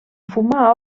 fumar